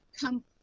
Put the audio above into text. come